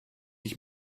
ich